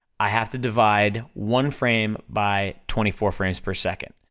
i have to divide one frame by twenty four frames per second.